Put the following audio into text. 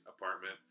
apartment